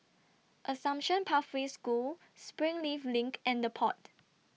Assumption Pathway School Springleaf LINK and The Pod